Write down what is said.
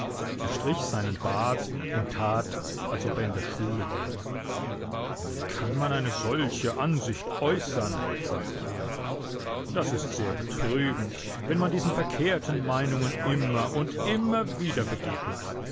er strich seinen bart und tat als ob er in der schule wäre wie kann man eine solche ansicht äußern sagte er das ist sehr betrübend wenn man diesen verkehrten meinungen immer und immer wieder begegnet